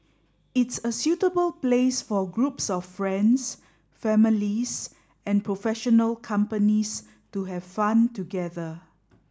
it's a suitable place for groups of friends families and professional companies to have fun together